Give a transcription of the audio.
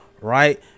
right